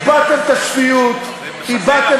לא חזותי ולא קולי,